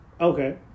Okay